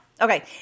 Okay